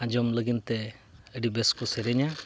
ᱟᱸᱡᱚᱢ ᱞᱟᱹᱜᱤᱫ ᱛᱮ ᱟᱹᱰᱤ ᱵᱮᱥ ᱠᱚ ᱥᱮᱨᱮᱧᱟ